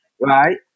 right